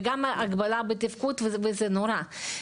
גם הגבלה בתפקוד וזה נורא.